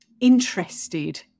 interested